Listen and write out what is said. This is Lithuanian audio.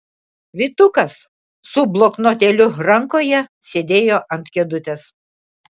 vytukas su bloknotėliu rankoje sėdėjo ant kėdutės